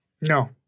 No